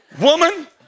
Woman